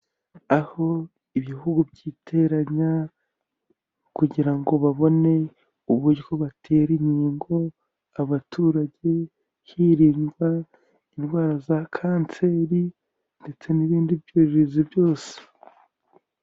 Aho ibihugu byiteranya kugira ngo babone uburyo batera inkingo abaturage hirindwa indwara za kanseri ndetse n'ibindi byorezo byose.